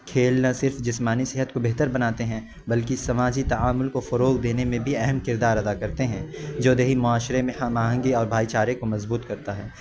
کھیل نہ صرف جسمانی صحت کو بہتر بناتے ہیں بلکہ سماجی تعامل کو فروغ دینے میں بھی اہم کردار ادا کرتے ہیں جو دیہی معاشرے میں ہم آہنگی اور بھائی چارے کو مضبوط کرتا ہے